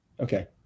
Okay